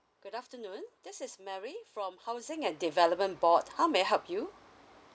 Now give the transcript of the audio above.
good afternoon this is mary from housing and development board how may I help you